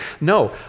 No